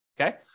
Okay